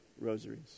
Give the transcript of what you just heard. rosaries